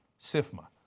sifma.